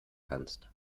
kannst